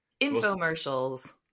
infomercials